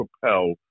propel